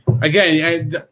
again